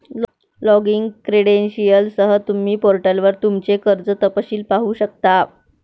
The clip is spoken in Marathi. लॉगिन क्रेडेंशियलसह, तुम्ही पोर्टलवर तुमचे कर्ज तपशील पाहू शकता